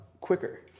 quicker